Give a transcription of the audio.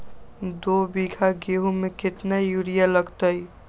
दो बीघा गेंहू में केतना यूरिया लगतै?